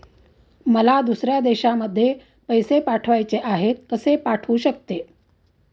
मला दुसऱ्या देशामध्ये पैसे पाठवायचे आहेत कसे पाठवू शकते?